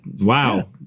Wow